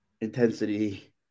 intensity